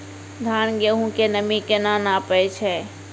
धान, गेहूँ के नमी केना नापै छै?